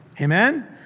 Amen